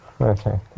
Okay